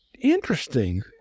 Interesting